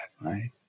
right